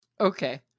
okay